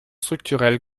structurelles